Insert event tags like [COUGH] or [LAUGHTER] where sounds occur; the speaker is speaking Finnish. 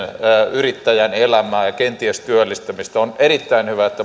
yrittäjän elämää ja kenties työllistämistä on erittäin hyvä että [UNINTELLIGIBLE]